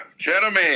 Jeremy